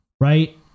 right